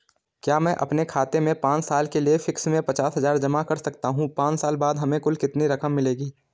क्या मैं अपने खाते में पांच साल के लिए फिक्स में पचास हज़ार जमा कर सकता हूँ पांच साल बाद हमें कुल कितनी रकम मिलेगी?